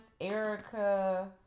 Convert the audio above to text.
Erica